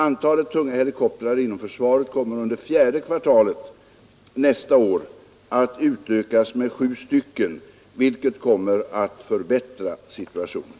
Antalet tunga helikoptrar inom försvaret kommer under fjärde kvartalet 1973 att utökas med sju stycken, vilket kommer att förbättra situationen.